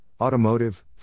automotive